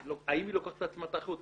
האם היא לוקחת על עצמה את האחריות?